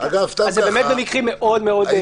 אז זה באמת במקרים מאוד מאוד קיצוניים.